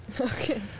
Okay